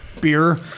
beer